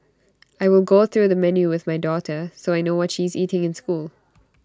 I will go through the menu with my daughter so I know what she is eating in school